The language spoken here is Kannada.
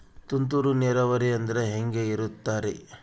ತುಂತುರು ನೇರಾವರಿ ಅಂದ್ರೆ ಹೆಂಗೆ ಇರುತ್ತರಿ?